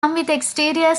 exterior